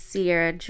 Sierra